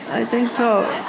i think so.